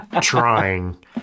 trying